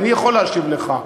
כי אני יכול להשיב לך.